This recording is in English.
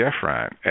different